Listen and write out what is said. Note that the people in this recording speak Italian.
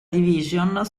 division